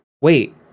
wait